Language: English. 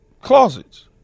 closets